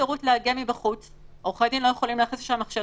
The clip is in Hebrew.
נניח וחסר חלון, האם אין לכם אגף בינוי?